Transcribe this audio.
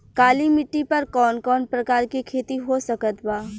काली मिट्टी पर कौन कौन प्रकार के खेती हो सकत बा?